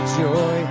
joy